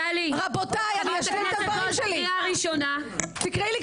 למה היו"רית לא נותנת לי להשלים?